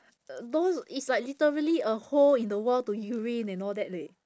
uh those it's like literally a hole in the world to urine and all that leh